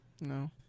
No